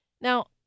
Now